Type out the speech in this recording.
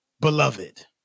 beloved